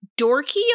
dorky